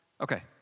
okay